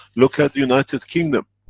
look at the united kingdom.